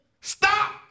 stop